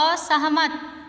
असहमत